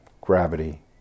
gravity